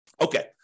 Okay